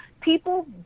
People